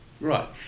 Right